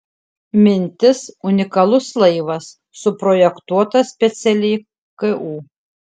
mintis unikalus laivas suprojektuotas specialiai ku